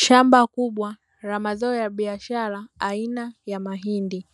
Shamba kubwa la mazao la biashara aina ya mahindi,